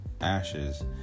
ashes